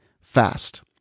fast